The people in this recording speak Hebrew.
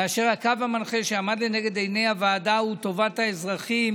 כאשר הקו המנחה שעמד לנגד עיני הוועדה הוא טובת האזרחים